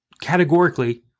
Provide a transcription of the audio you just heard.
categorically